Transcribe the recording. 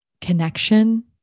connection